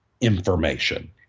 information